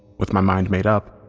with my mind made up,